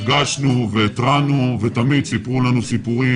הרגשנו והתרענו ותמיד סיפרו לנו סיפורים